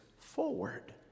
forward